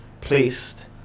placed